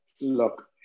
look